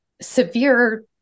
severe